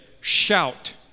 shout